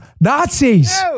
Nazis